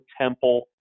Temple